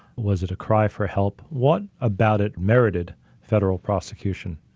was it a cry for help? what about it merited federal prosecution?